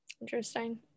interesting